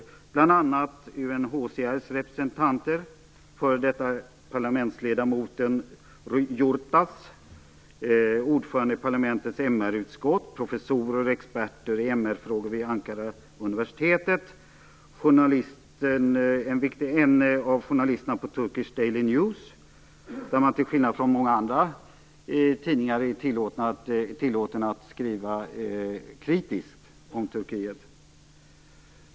Det var bl.a. UNHCR:s representanter, f.d. parlamentsledamoten Yurtas, ordföranden i parlamentets MR-utskott, professorer och experter i MR-frågor vid Ankara universitet och en av journalisterna på Turkish Daily News, där man skillnad från många andra tidningar är tillåtna att skriva kritiskt om Turkiet.